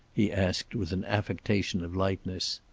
he asked, with an affectation of lightness.